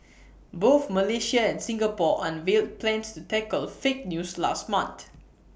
both Malaysia and Singapore unveiled plans to tackle fake news last month